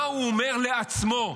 מה הוא אומר לעצמו?